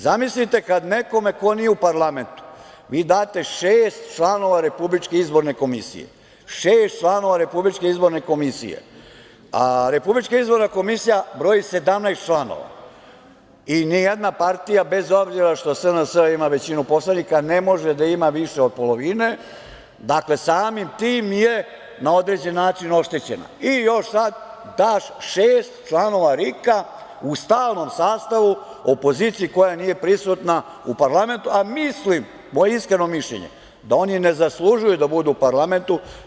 Zamislite kad nekome ko nije u parlamentu vi date šest članova RIK, šest članova, a RIK broji 17 članova i ni jedna partija, bez obzira što SNS ima većinu poslanika, ne može da ima više od polovine, dakle samim tim je na određen način oštećena, i još sad daš šest članova RIK-a u stalnom sastavu opoziciji koja nije prisutna u parlamentu, a mislim, to je moje iskreno mišljenje, da oni ni ne zaslužuju da budu u parlamentu.